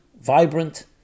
vibrant